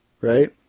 right